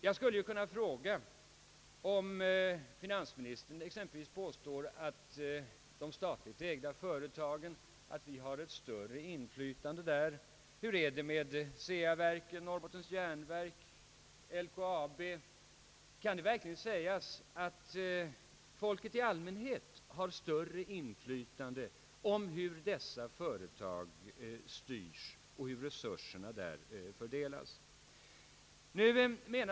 Jag skulle ju kunna fråga om finansministern menar att folkets inflytande är större i de statligt ägda företagen. Hur är det med CEA-verken, Norrbottens järnverk och LKAB? Kan det verkligen sägas att folk i allmänhet har större inflytande på hur dessa företag styrs och hur resurserna där fördelas?